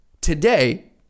Today